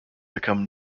became